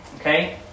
Okay